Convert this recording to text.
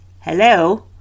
hello